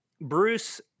bruce